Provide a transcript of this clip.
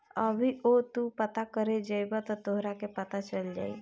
अभीओ तू पता करे जइब त तोहरा के पता चल जाई